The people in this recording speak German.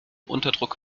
unterdruck